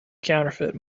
counterfeit